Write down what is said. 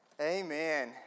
Amen